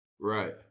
Right